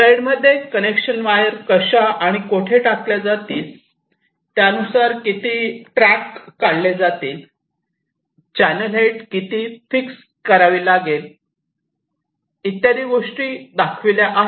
slide मध्ये connection wire कशा आणि कोठे टाकल्या जातील आणि त्यानुसार किती ट्रक काढले जातील चॅनल हाईट किती फिक्स करावी लागेल इत्यादी गोष्टी दाखविल्या आहेत